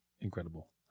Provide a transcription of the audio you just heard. Incredible